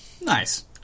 Nice